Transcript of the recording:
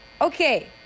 Okay